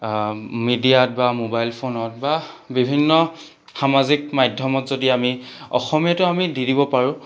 মিডিয়াত বা মোবাইল ফোনত বা বিভিন্ন সামাজিক মাধ্যমত যদি আমি অসমীয়াটো আমি দি দিব পাৰো